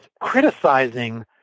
criticizing